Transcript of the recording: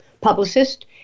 publicist